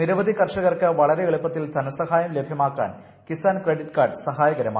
നിരവധി കർഷകർക്ക് വളരെ എളുപ്പത്തിൽ ധനസഹായം ലഭ്യമാക്കാൻ കിസാൻ ക്രെഡിറ്റ് കാർഡ് സഹായകരമായി